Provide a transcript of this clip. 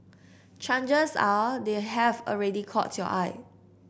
chances are they have already caught your eye